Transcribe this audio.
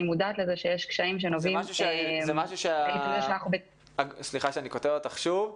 אני מודעת לזאת שיש קשיים שנובעים --- סליחה שאני קוטע אותך שוב.